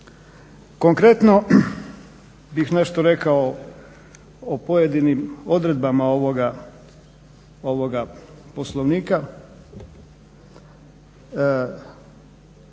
Konkretno bih nešto rekao o pojedinim odredbama ovoga Poslovnika.